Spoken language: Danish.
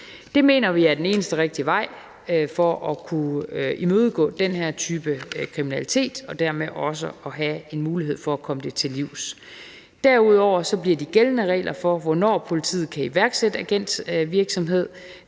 Det mener vi er den eneste rigtige vej for at kunne imødegå den her type kriminalitet og dermed også have en mulighed for at komme det til livs. Derudover bliver de gældende regler for, hvornår politiet kan iværksætte agentvirksomhed,